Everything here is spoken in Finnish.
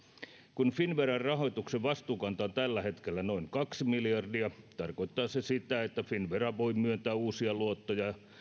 kun finnveran rahoituksen vastuukanta on tällä hetkellä noin kaksi miljardia tarkoittaa se sitä että finnvera voi myöntää uusia luottoja ja